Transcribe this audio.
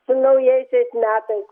su naujaisiais metais